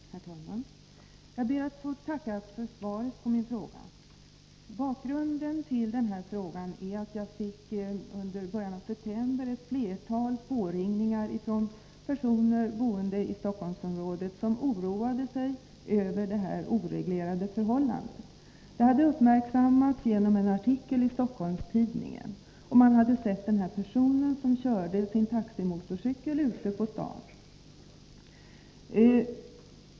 Herr talman! Jag ber att få tacka kommunikationsministern för svaret på min fråga. Bakgrunden till den är att jag i början av september fick ett flertal påringningar från personer boende i Stockholmsområdet som oroade sig över det här oreglerade förhållandet. Det hade uppmärksammats genom en artikeliStockholmstidningen. Man hade sett den här personen som körde sin taximotorcykel ute på stan.